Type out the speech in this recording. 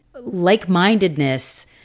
like-mindedness